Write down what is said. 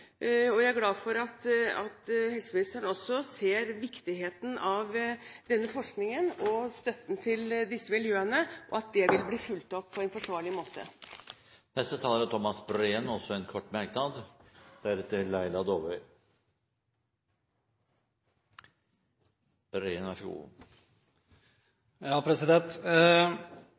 og jeg er glad for at helseministeren også ser viktigheten av denne forskningen og støtten til disse miljøene, og at det vil bli fulgt opp på en forsvarlig måte. Thomas Breen har hatt ordet to ganger og får ordet til en kort merknad,